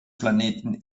planeten